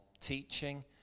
teaching